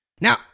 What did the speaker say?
now